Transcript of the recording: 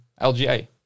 LGA